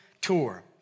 Tour